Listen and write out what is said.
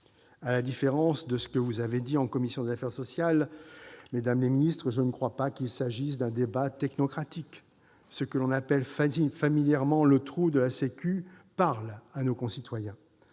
À la différence de ce que vous avez dit en commission des affaires sociales, mesdames les ministres, je ne crois pas qu'il s'agisse d'un débat technocratique. Ce que l'on appelle familièrement le « trou de la sécu » parle à nos concitoyens.